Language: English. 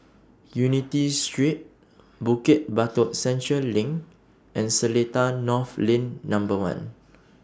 Unity Street Bukit Batok Central LINK and Seletar North Lane Number one